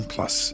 Plus